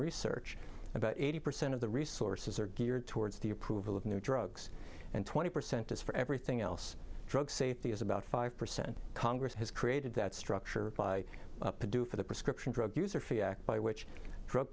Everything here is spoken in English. research about eighty percent of the resources are geared towards the approval of new drugs and twenty percent as for everything else drug safety is about five percent congress has created that structure by purdue for the prescription drug user fee act by which drug